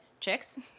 chicks